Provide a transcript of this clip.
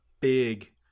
big